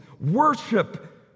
Worship